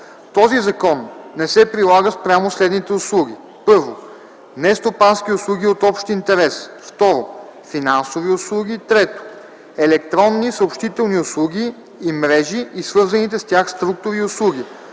Този закон не се прилага спрямо следните услуги: 1. нестопански услуги от общ интерес; 2. финансови услуги; 3. електронни съобщителни услуги и мрежи и свързаните с тях структури и услуги,